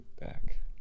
back